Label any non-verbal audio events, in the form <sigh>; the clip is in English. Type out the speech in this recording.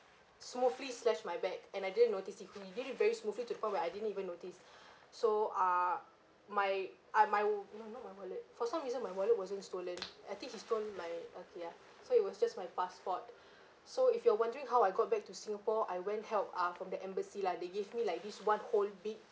smoothly slashed my bag and I didn't notice it could be he did it very smoothly to probably I didn't even notice <breath> so ah my ah my w~ no not my wallet for some reason my wallet wasn't stolen <noise> I think he stole my uh ya so it was just my passport so if you are wondering how I go back to singapore I went help ah from the embassy lah they gave me like this one whole big